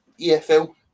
EFL